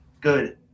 Good